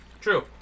True